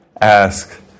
ask